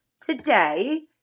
today